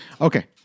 Okay